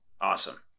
Awesome